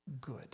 good